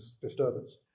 disturbance